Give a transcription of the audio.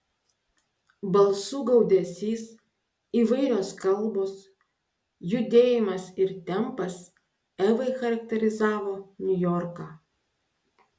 balsų gaudesys įvairios kalbos judėjimas ir tempas evai charakterizavo niujorką